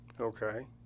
Okay